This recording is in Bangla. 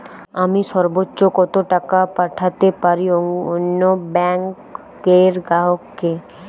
আমি সর্বোচ্চ কতো টাকা পাঠাতে পারি অন্য ব্যাংক র গ্রাহক কে?